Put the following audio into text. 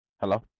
hello